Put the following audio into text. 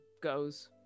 goes